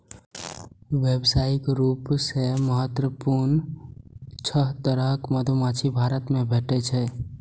व्यावसायिक रूप सं महत्वपूर्ण छह तरहक मधुमाछी भारत मे भेटै छै